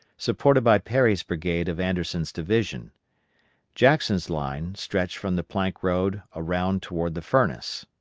supported by perry's brigade of anderson's division jackson's line stretched from the plank road around toward the furnace.